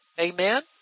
Amen